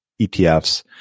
ETFs